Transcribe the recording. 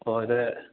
അപ്പം ഇത്